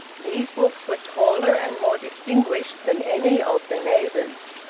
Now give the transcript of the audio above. these books were taller and more distinguished than any of their neighbours.